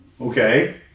Okay